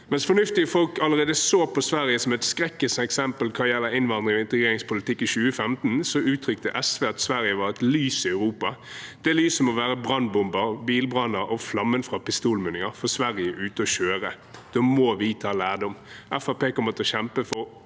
Mens fornuftige folk allerede i 2015 så på Sverige som et skrekkens eksempel hva gjelder innvandrings- og integreringspolitikk, uttrykte SV at Sverige var et lys i Europa. Det lyset må være brannbomber, bilbranner og flammen fra pistolmunninger, for Sverige er ute å kjøre. Da må vi ta lærdom. Fremskrittspartiet kommer til å kjempe for